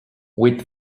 with